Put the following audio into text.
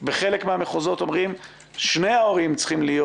בחלק מהמחוזות אומרים ששני ההורים צריכים להיות